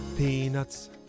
Peanuts